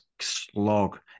slog